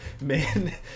man